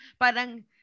parang